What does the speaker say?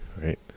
right